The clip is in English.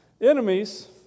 Enemies